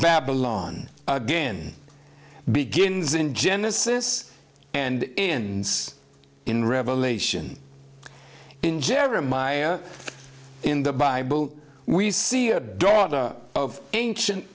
babylon again begins in genesis and ends in revelation in jeremiah in the bible we see a daughter of ancient